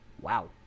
Wow